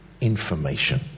information